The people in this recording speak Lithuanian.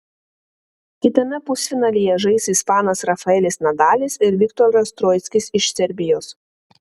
kitame pusfinalyje žais ispanas rafaelis nadalis ir viktoras troickis iš serbijos